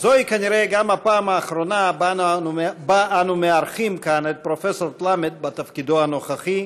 זוהי כנראה הפעם האחרונה שאנו מארחים כאן את פרופ' למרט בתפקידו הנוכחי.